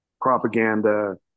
propaganda